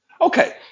Okay